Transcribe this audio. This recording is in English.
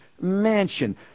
mansion